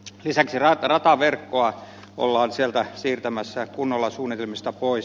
lisäksi rataverkkoa ollaan sieltä siirtämässä kunnolla suunnitelmista pois